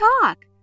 talk